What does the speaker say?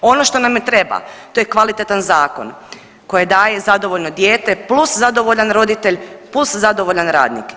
Ono što nam ne treba to je kvalitetan zakon koje daje zadovoljno dijete plus zadovoljan roditelj, plus zadovoljan radnik.